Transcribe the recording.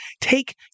take